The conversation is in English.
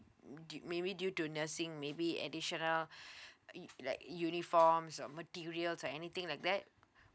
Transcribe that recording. d~ maybe due to nursing maybe additional it like uniforms or materials anything like that